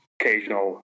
occasional